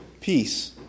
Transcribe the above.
Peace